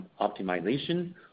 optimization